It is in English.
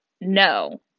no